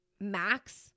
max